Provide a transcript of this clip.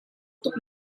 tuk